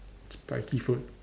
spiky food